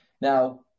Now